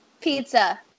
Pizza